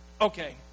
Okay